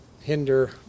hinder